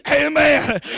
amen